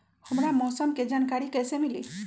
हमरा मौसम के जानकारी कैसी मिली?